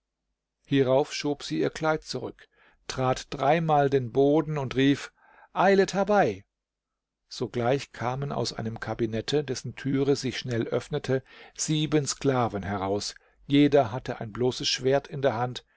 hierauf schob sie ihr kleid zurück trat dreimal den boden und rief eilet herbei sogleich kamen aus einem kabinette dessen tür sich schnell öffnete sieben sklaven heraus jeder hatte ein bloßes schwert in der hand